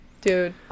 dude